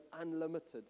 unlimited